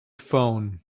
phone